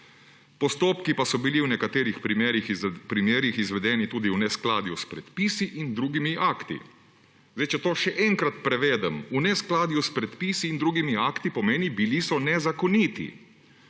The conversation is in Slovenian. postopki pa so bili v nekaterih primerih izvedeni tudi v neskladju s predpisi in drugimi akti.« Če to še enkrat prevedem: v neskladju s predpisi in drugimi akti pomeni, bili so nezakoniti.